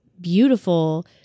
beautiful